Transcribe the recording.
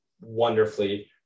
wonderfully